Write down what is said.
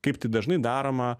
kaip tai dažnai daroma